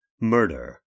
murder